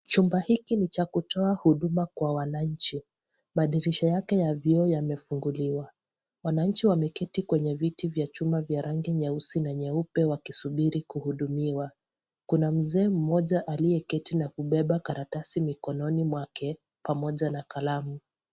Chumba hiki ni cha kutoa huduma kwa wananchi. Madirisha yake ya vioo yamefunguliwa. Wananchi wameketi kwa viti vya chuma vya rangi nyeusi na nyeupe wakisubiri kuhudumiwa. Kuna mzee mmoja aliyeketi na kubeba karatasi mikononi mwake pamoja na kalamu.